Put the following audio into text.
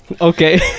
Okay